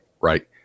right